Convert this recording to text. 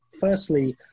firstly